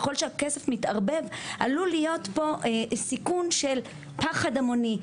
ככל שהכסף מתערבב עלול להיות פה סיכון של פחד המוני,